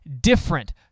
different